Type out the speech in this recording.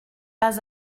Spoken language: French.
pas